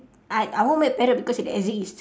I I want to make parrot because it exist